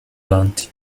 avanti